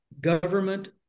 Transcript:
government